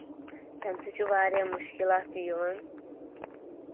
تَمہِ سۭتۍ چھُ واریاہ مُشکِلات تہِ یِوان